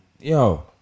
Yo